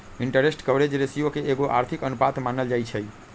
interest coverage ratio के एगो आर्थिक अनुपात मानल जाइ छइ